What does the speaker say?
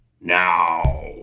Now